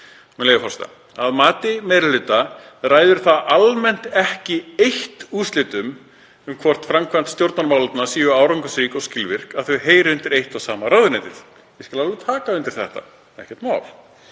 með leyfi forseta: „Að mati meiri hlutans ræður það almennt ekki eitt úrslitum um hvort framkvæmd stjórnarmálefna sé árangursrík og skilvirk að þau heyri undir eitt og sama ráðuneytið.“ Ég skal alveg taka undir þetta, ekkert mál.